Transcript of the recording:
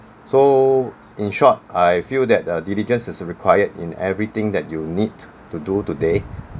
so in short I feel that the diligence is required in everything that you need to do today